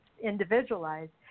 individualized